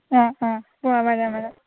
ആ ആ ഓ വരാം വരാം